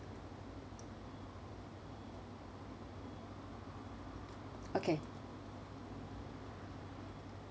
okay